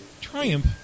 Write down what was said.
Triumph